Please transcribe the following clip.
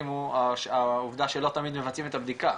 הוא העובדה שלא תמיד מבצעים את הבדיקה.